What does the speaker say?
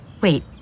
Wait